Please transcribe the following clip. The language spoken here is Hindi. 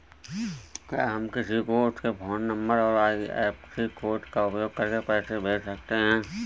क्या हम किसी को उनके फोन नंबर और आई.एफ.एस.सी कोड का उपयोग करके पैसे कैसे भेज सकते हैं?